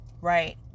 Right